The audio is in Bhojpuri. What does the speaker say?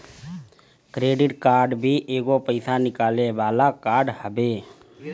क्रेडिट कार्ड भी एगो पईसा निकाले वाला कार्ड हवे